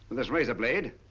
this razor blade.